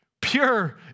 pure